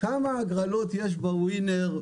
כמה הגרלות יש בווינר ביום.